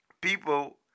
people